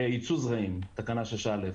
תקנה 6(א),